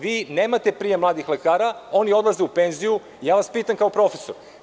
Vi nemate prijem mladih lekara, oni odlaze u penziju, pitam vas kao profesor.